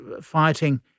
fighting